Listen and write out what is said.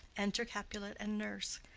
enter capulet and nurse.